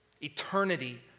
Eternity